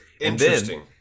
Interesting